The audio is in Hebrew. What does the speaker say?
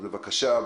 בבקשה.